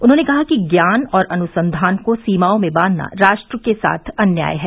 उन्होंने कहा कि ज्ञान और अनुसंधान को सीमाओं में बांधना राष्ट्र के साथ अन्याय है